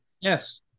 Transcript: Yes